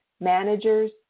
managers